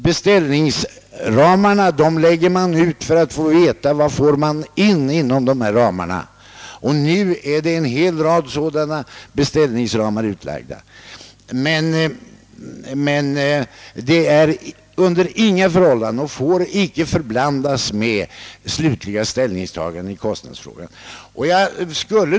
Beställningsramarna är till för att få reda på vad som kan rymmas inom dessa ramar. En hel del sådana beställningsramar är nu utlagda. Men detta får på intet sätt förväxlas med det slutliga ställningstagandet i kostnadsfrågan.